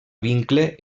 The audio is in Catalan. vincle